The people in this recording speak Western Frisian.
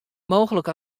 mooglik